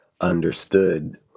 understood